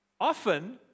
Often